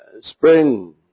spring